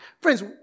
Friends